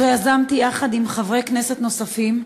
שיזמתי עם חברי כנסת נוספים,